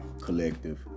collective